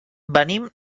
venim